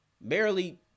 Barely